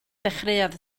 ddechreuodd